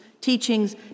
teachings